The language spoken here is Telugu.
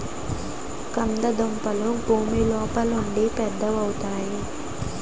కంద దుంపలు భూమి లోపలుండి పెద్దవవుతాయి